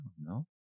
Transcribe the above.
no